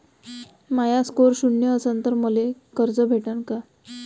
माया score शून्य असन तर मले कर्ज भेटन का?